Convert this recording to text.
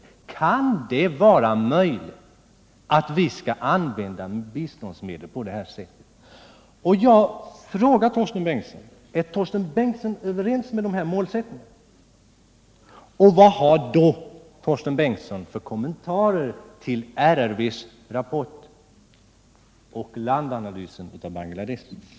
Kan det vara möjligt att vi skall använda biståndsmedel på detta sätt? Jag har frågat Torsten Bengtson om han biträder de målsättningar som finns. Om svaret är ja, vad har Torsten Bengtson då för kommentar till RRV:s rapport och landanalysen av Bangladesh?